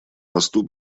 посту